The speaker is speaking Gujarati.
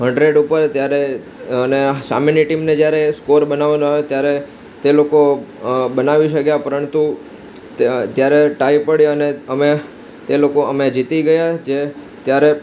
હન્ડ્રેડ ઉપર ત્યારે અને સામેની ટીમને જ્યારે સ્કોર બનાવવાનો આવ્યો ત્યારે તે લોકો બનાવી શક્યા પરંતુ ત્યાં ત્યારે ટાઈ પડી અને અમે તે લોકો અમે જીતી ગયા જે ત્યારે